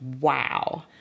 wow